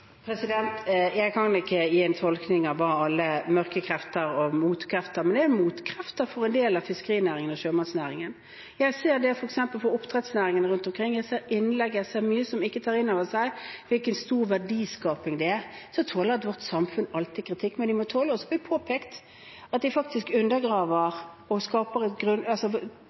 Jeg kan ikke gi en tolkning av alle mørke krefter og motkrefter, men det er motkrefter mot en del av fiskerinæringen og sjømatnæringen. Jeg ser det f.eks. innenfor oppdrettsnæringen rundt omkring – jeg ser innlegg, jeg ser mye som ikke tar inn over seg hvilken stor verdiskaping det er. Så tåler ethvert samfunn alltid kritikk, men vi må tåle at man også påpeker at summen av en del av de